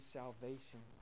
salvation